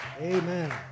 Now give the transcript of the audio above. Amen